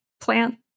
plant